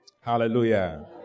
Hallelujah